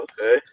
Okay